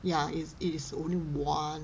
ya ya is it is only one